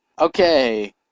Okay